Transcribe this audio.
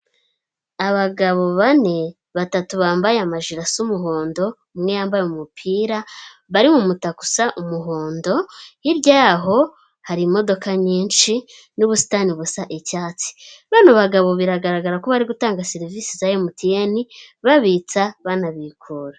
Abagabo bane, batatu bambaye amajire asa umuhondo, umwe yambaye umupira, bari mu mutaka usa umuhondo, hirya yaho hari imodoka nyinshi n'ubusitani busa icyatsi. Bano bagabo biragaragara ko bari gutanga serivisi za MTN babitsa, banabikura.